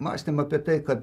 mąstėm apie tai kad